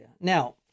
Now